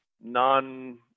non